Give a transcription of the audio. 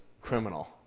criminal